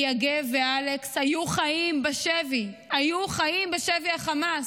וכי יגב ואלכס היו חיים בשבי, היו חיים בשבי חמאס.